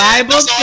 Bible